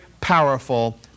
powerful